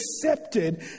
accepted